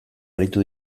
aritu